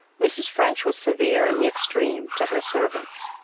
mrs. french was severe in the extreme to her servants.